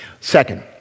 Second